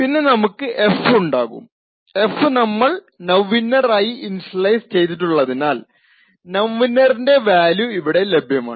പിന്നെ നമുക്ക് f ഉണ്ടാകും f നമ്മൾ നൌഇന്നർ ആയി ഇനിഷ്യലൈസ് ചെയ്തിട്ടുള്ളതിനാൽ നൌഇന്നറിന്റെ വാല്യൂ ഇവിടെ ലഭ്യമാണ്